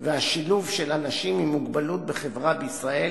והשילוב של אנשים עם מוגבלות בחברה בישראל